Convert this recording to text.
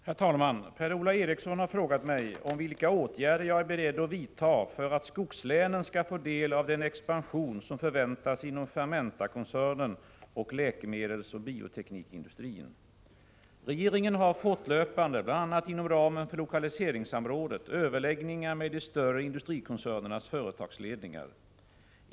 Herr talman! Per-Ola Eriksson har frågat mig om vilka åtgärder jag är beredd att vidta för att skogslänen skall få del av den expansion som förväntas inom Fermentakoncernen och läkemedelsoch bioteknikindustrin. Regeringen har fortlöpande, bl.a. inom ramen för lokaliseringssamrådet, överläggningar med de större industrikoncernernas företagsledningar.